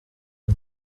ine